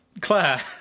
Claire